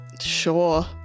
Sure